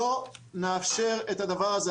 לא נאפשר את הדבר הזה,